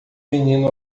menino